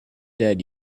dead